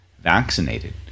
vaccinated